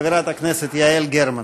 חברת הכנסת יעל גרמן.